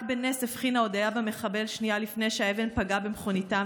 רק בנס הבחינה הודיה במחבל שנייה לפני שהאבן פגעה במכוניתה,